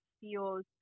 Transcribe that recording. feels